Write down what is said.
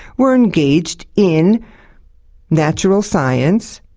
were engaged in natural science,